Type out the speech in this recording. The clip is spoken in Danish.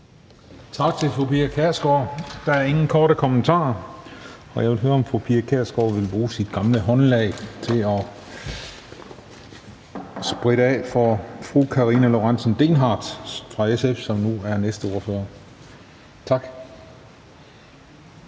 Tak til fru Pia Kjærsgaard. Der er ingen korte bemærkninger. Og jeg vil høre, om fru Pia Kjærsgaard vil bruge sit gamle håndelag til at spritte af for fru Karina Lorentzen Dehnhardt fra SF, som nu er næste ordfører. Tak.